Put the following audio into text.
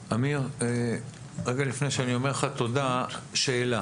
עמיר, רגע לפני שאני אומר לך תודה, שאלה